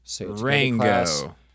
Rango